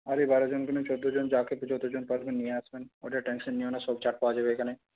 আরে বারোজন কেন চোদ্দজন যাকে যতজন পারবেন নিয়ে আসবেন ওটার টেনশন নিও না সব চাট পাওয়া যাবে এখানে